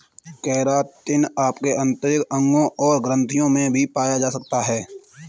keratin आपके आंतरिक अंगों और ग्रंथियों में भी पाया जा सकता है